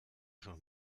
schon